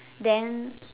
than